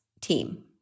team